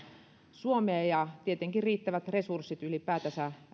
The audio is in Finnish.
suomea ja tietenkin riittävät resurssit ylipäätänsä